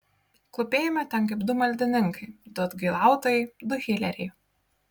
klūpėjome ten kaip du maldininkai du atgailautojai du hileriai